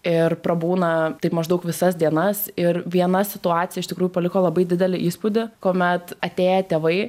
ir prabūna taip maždaug visas dienas ir viena situacija iš tikrųjų paliko labai didelį įspūdį kuomet atėję tėvai